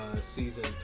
season